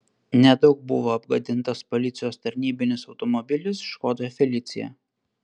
nedaug buvo apgadintas policijos tarnybinis automobilis škoda felicia